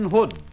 Hood